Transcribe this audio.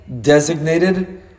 designated